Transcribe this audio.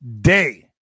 day